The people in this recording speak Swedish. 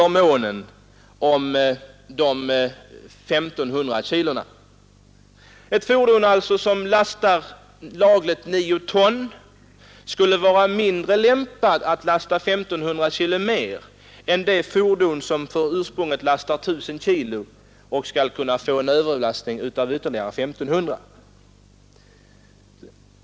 Det innebär, om man drar ut konsekvenserna, att ett fordon som lagligen lastar 9 ton skulle vara mindre lämpat att ta en ytterligare last på 1 500 kg än ett fordon som från början har en last av 1 000 kg och som även det skulle ta en överlast av I 500 kg.